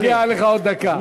מגיעה לך עוד דקה.